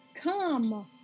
Come